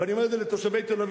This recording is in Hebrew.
ואני אומר את זה לתושבי תל-אביב,